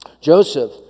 Joseph